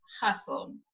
hustle